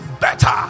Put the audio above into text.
better